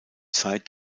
zeit